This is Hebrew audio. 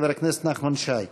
חבר הכנסת נחמן שי.